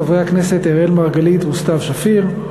חברי הכנסת אראל מרגלית וסתיו שפיר.